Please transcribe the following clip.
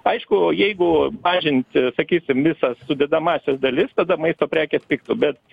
aišku jeigu mažinti sakysim visas sudedamąsias dalis tada maisto prekės pigtų bet